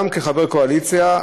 גם כחבר קואליציה,